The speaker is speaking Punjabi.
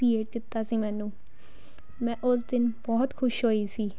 ਸੀਏਟ ਕੀਤਾ ਸੀ ਮੈਨੂੰ ਮੈਂ ਉਸ ਦਿਨ ਬਹੁਤ ਖੁਸ਼ ਹੋਈ ਸੀ